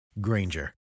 granger